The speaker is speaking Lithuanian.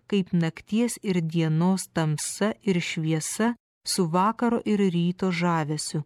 kaip nakties ir dienos tamsa ir šviesa su vakaro ir ryto žavesiu